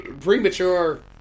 Premature